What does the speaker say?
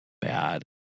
bad